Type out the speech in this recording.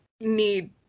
need